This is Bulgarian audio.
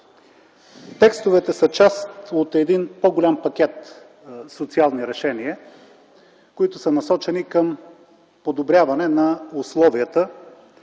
Текстовете са част от един по-голям пакет социални решения, които са насочени към подобряване на условията